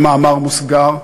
במאמר מוסגר,